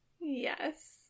Yes